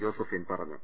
Josephine പറഞ്ഞു